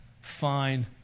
fine